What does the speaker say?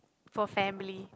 for family